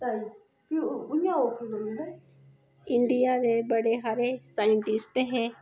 India दे बडे सारे साइंटिस्ट हे